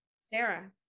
Sarah